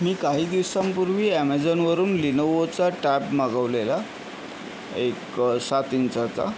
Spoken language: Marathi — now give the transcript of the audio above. मी काही दिवसांपूर्वी ॲमेझॉनवरून लिनोवोचा टॅब मागवलेला एक सात इंचाचा